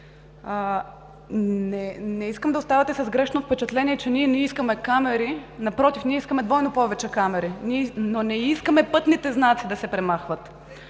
Не искам да оставате с грешно впечатление, че ние не искаме камери. Напротив, ние искаме двойно повече камери, но не искаме да се премахват